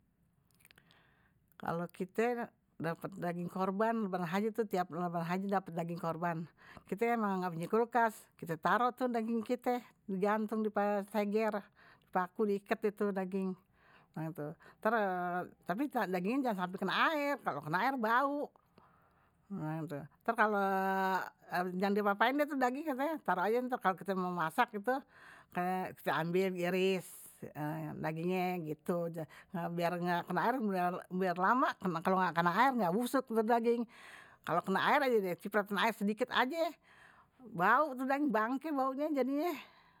Kalau kite dapat daging korban. lebaran haji setiap lebaran haji, dapet daging korban. Kite emang nggak punya kulkas, kite taruh itu daging kite, digantung di steger, di paku, diiket itu daging. Tapi dagingnya jangan sampai kena air, kalau kena air bau. Terus kalau jangan dipapain, itu daging kite taruh aja, kalau kite mau masak itu kite ambil, iris dagingnye gitu. Biar nggak kena air, biar lama, kalau nggak kena air nggak busuk tuh daging. Kalau kena air aja deh, ciprat kena air sedikit aja, bau itu daging, bangke baunya jadinya.